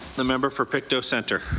the member for pictou centre.